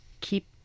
keep